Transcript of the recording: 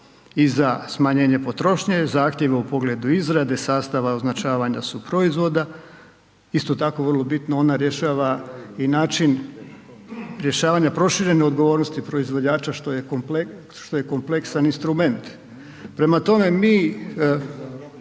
i za smanjenje potrošnje, zahtjeva u pogledu izrade, sastava i označavanja suproizvoda, isto tako vrlo bitno ona rješava i način rješavanja proširene odgovornosti proizvođača što je kompleksan instrument. Prema tome, mi